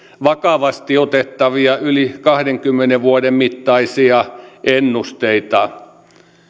vakavasti otettavia yli kahdenkymmenen vuoden mittaisia ennusteita